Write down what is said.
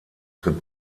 tritt